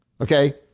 Okay